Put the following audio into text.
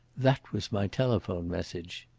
that was my telephone message.